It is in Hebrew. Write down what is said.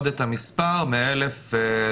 אפילו אם החנות היא בגודל של 3,000 מ"ר.